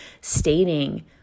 stating